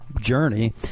journey